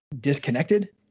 disconnected